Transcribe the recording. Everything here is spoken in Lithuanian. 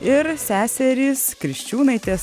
ir seserys kriščiūnaitės